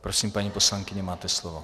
Prosím, paní poslankyně, máte slovo.